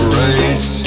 right